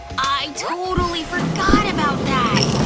i totally forgot about that!